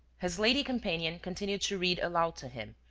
his lady companion continued to read aloud to him,